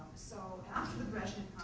so after the breshnev